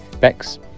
Bex